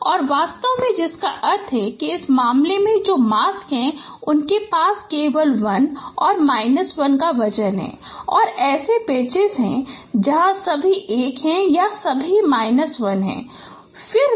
और वास्तव में जिसका अर्थ है कि इस मामले में जो मास्क हैं उनके पास केवल 1 और 1 का वजन है और ऐसे पैच हैं जहां सभी 1 हैं और सभी 1 हैं